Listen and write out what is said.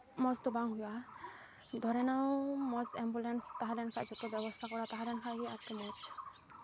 ᱢᱚᱡᱽ ᱫᱚ ᱵᱟᱝ ᱦᱩᱭᱩᱜᱼᱟ ᱫᱷᱚᱨᱮ ᱱᱟᱣ ᱢᱚᱡᱽ ᱮᱢᱵᱩᱞᱮᱱᱥ ᱛᱟᱦᱮᱸᱞᱮᱱ ᱠᱷᱟᱡ ᱡᱷᱚᱛᱚ ᱵᱮᱵᱚᱥᱛᱟ ᱠᱚᱨᱟᱣ ᱛᱟᱦᱮᱸᱞᱮᱱᱠᱷᱟᱡ ᱜᱮ ᱟᱨᱠᱤ ᱢᱚᱡᱽ